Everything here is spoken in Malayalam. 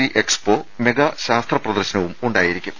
സി എക്സ്പോ മെഗാ ശാസ്ത്ര പ്രദർശനവും ഉണ്ടായിരി ക്കും